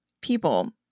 people